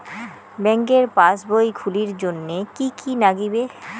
ব্যাঙ্কের পাসবই খুলির জন্যে কি কি নাগিবে?